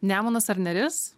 nemunas ar neris